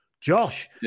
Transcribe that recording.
Josh